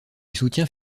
soutient